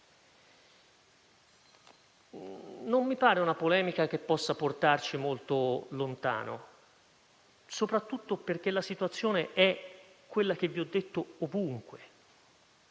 Non mi pare una polemica che possa portarci molto lontano, soprattutto perché la situazione è ovunque quella che vi ho detto.